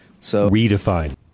Redefine